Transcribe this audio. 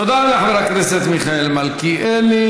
תודה לחבר הכנסת מיכאל מלכיאלי.